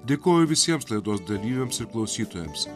dėkoju visiems laidos dalyviams ir klausytojams